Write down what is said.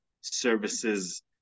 services